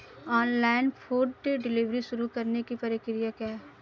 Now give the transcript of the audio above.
Online food delivery शुरू करने की प्रक्रिया क्या है?